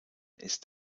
ist